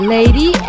Lady